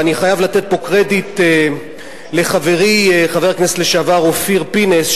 ואני חייב לתת קרדיט לחברי חבר הכנסת לשעבר אופיר פינס,